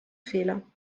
fehler